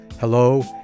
hello